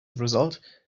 result